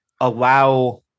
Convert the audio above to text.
allow